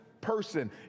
person